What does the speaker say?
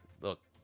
look